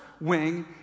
wing